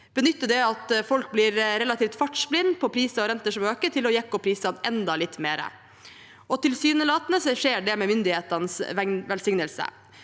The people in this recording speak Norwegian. benytter det at folk blir relativt fartsblinde på priser og renter som øker, til å jekke opp prisene enda litt mer. Tilsynelatende skjer det med myndighetenes velsignelse.